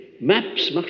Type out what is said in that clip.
maps